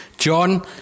John